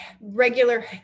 regular